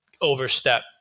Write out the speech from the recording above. overstep